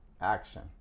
action